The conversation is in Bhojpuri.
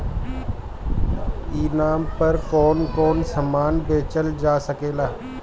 ई नाम पर कौन कौन समान बेचल जा सकेला?